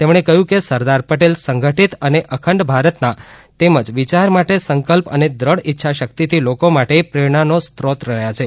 તેમણે કહ્યું કે સરદાર પટેલ સંગઠિત અને અખંડ ભારતના તેમના વિયાર માટે સંકલ્પ અને ક્રઢ ઇચ્છા શક્તિથી લોકો માટે પ્રેરણાનો સ્ત્રોત રહ્યા છે